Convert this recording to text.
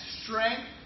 strength